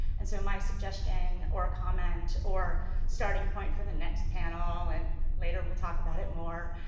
and so my suggestion, or comment, or starting point for the next panel, and later we'll talk about it more,